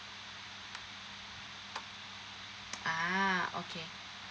ah okay